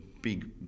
big